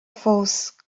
fós